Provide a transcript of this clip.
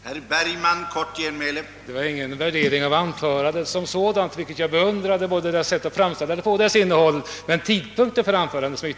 Herr talman! Jag gjorde ingen värdering av anförandet som sådant — jag beundrade både dess innehåll och sättet att framföra det. Jag yttrade mig endast om tidpunkten för anförandet.